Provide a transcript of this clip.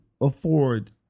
afford